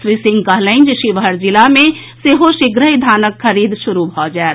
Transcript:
श्री सिंह कहलनि जे शिवहर जिला मे सेहो शीघ्रहि धानक खरीद शुरू भऽ जायत